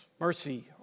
mercy